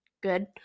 good